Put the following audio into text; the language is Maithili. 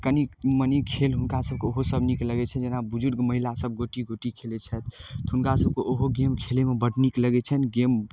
कनि मनि खेल हुनकासभके ओहोसब नीक लगै छनि जेना बुजुर्ग महिलासभ गोटी गोटी खेलै छथि तऽ हुनकासभके ओहो गेम खेलैमे बड़ नीक लगै छनि गेम